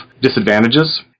disadvantages